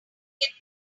get